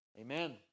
Amen